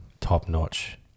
top-notch